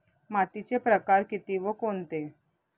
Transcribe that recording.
मातीचे प्रकार किती व कोणते?